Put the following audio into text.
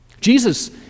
Jesus